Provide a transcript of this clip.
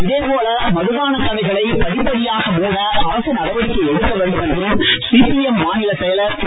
இதே போல மதுபான கடைகளை படிப்படியாக மூட அரசு நடவடிக்கை எடுக்க வேண்டும் என்றும் சிபிஎம் மாநிலச் செயலர் திரு